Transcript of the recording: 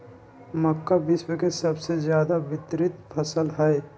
मक्का विश्व के सबसे ज्यादा वितरित फसल हई